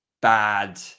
bad